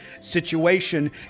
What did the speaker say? situation